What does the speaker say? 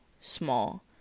small